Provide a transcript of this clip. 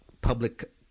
public